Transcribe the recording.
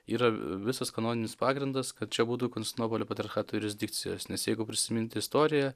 yra visas kanoninis pagrindas kad čia būtų konstantinopolio patriarchato jurisdikcijos nes jeigu prisimint istoriją